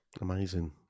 amazing